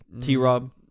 T-Rob